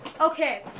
Okay